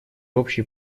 общей